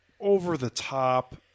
over-the-top